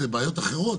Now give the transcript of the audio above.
אלה בעיות אחרות,